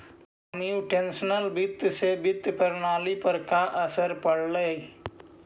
computational वित्त से वित्तीय प्रणाली पर का असर पड़लइ